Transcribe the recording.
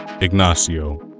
Ignacio